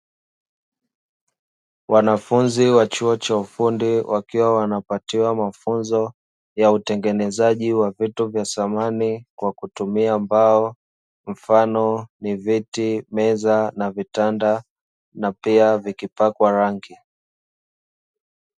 Wanafunzi wa chuo cha ufundi wakiwa wanapatiwa mafunzo ya utengenezaji wa vitu vya samani kwa kutumia mbao, mfano ni viti, meza na vitanda na pia vikipakwa rangi.